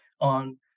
on